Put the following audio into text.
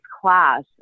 class